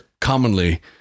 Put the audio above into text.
commonly